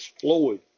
Floyd